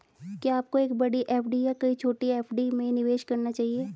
क्या आपको एक बड़ी एफ.डी या कई छोटी एफ.डी में निवेश करना चाहिए?